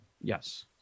Yes